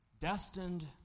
Destined